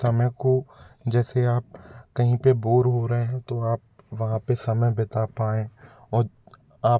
समय को जैसे आप कहीं पर बोर हो रहे हों तो आप वहाँ पर समय बिता पां और आप